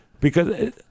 because-